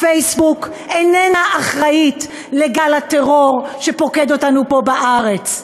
פייסבוק איננה אחראית לגל הטרור שפוקד אותנו פה בארץ.